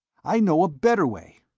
i know a better way.